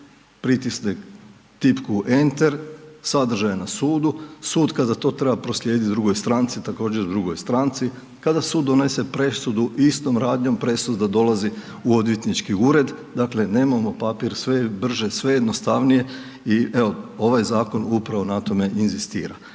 pritisne tipku enter, sadržaj na sudu, sud kada za to treba proslijediti drugoj stranci, također drugoj stranci, kada sud donese presudu, istom radnjom, presuda dolazi u odvjetnički ured. Dakle nemamo papri, sve je brže, sve je jednostavnije i evo, ovaj zakon upravo na tome inzistira.